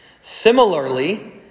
Similarly